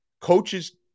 coaches